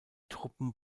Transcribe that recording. truppen